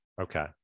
Okay